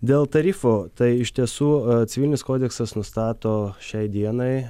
dėl tarifų tai iš tiesų civilinis kodeksas nustato šiai dienai